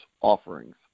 offerings